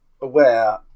aware